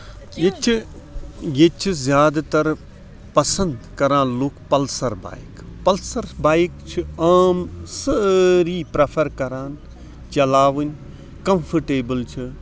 ییٚتہِ چھِ ییٚتہِ چھِ زیادٕ تر پَسند کران لُکھ پَلسر بایِک پَلسر بایِک چھِ عام سٲری پریٚفر کران چلاوٕنۍ کَفٲٹیبٕل چھِ